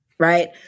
Right